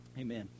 Amen